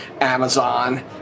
Amazon